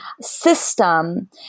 system